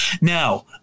Now